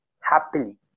Happily